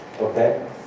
Okay